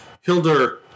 Hildur